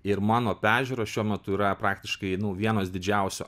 ir mano pažiūros šiuo metu yra praktiškai nu vienos didžiausių